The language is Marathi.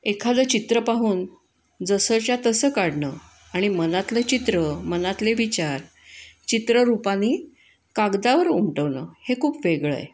एखादं चित्र पाहून जसंच्या तसं काढणं आणि मनातलं चित्र मनातले विचार चित्र रूपाने कागदावर उमटवणं हे खूप वेगळं आहे